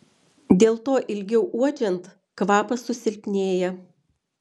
dėl to ilgiau uodžiant kvapas susilpnėja